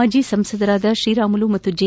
ಮಾಜಿ ಸಂಸದರಾದ ತ್ರೀ ರಾಮುಲು ಮತ್ತು ಜೆ